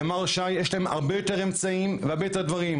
ימ"ר ש"י יש להם הרבה יותר אמצעים והרבה יותר דברים,